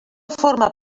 forma